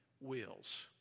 wills